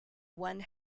one